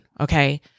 okay